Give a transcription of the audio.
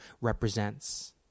represents